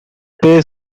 play